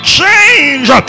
change